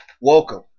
Welcome